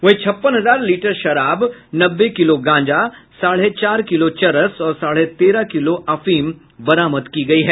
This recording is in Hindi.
वहीं छप्पन हजार लीटर शराब नब्बे किलो गांजा साढ़े चार किलो चरस और साढ़े तेरह किलो अफीम बरामद की गयी है